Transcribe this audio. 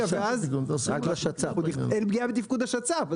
רגע, ואז אין פגיעה בתפקוד השצ"פ.